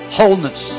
wholeness